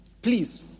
Please